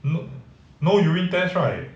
look no urine test right